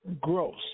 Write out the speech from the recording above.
gross